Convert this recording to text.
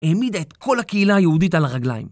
העמיד את כל הקהילה היהודית על הרגליים.